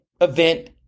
event